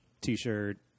t-shirt